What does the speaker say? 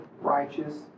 righteous